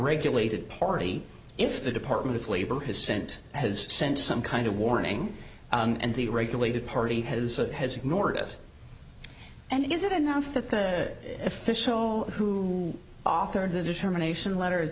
regulated party if the department of labor has sent has sent some kind of warning and the regulated party has has ignored it and is it enough that the official who authored the determination letter is